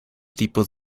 tipos